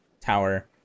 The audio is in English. Tower